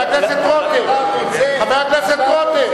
אתה רוצה להרוויח, חבר הכנסת רותם.